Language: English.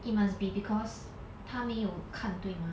it must be because 他没有看对吗